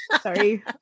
Sorry